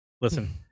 Listen